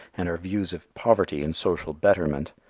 and our views of poverty and social betterment,